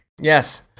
Yes